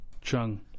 Chung